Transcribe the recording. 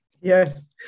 Yes